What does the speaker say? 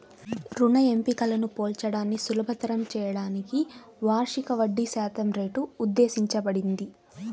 రుణ ఎంపికలను పోల్చడాన్ని సులభతరం చేయడానికి వార్షిక వడ్డీశాతం రేటు ఉద్దేశించబడింది